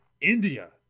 India